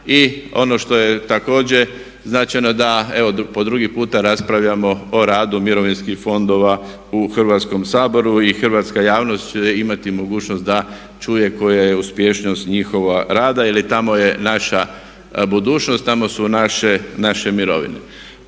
I ono što je također značajno da evo po drugi puta raspravljamo o radu mirovinskih fondova u Hrvatskom saboru i hrvatska javnost će imati mogućnost da čuje koja je uspješnost njihova rada jer tamo je naša budućnost, tamo su naše mirovine.